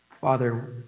Father